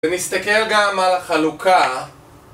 ונסתכל גם על החלוקה...